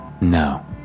No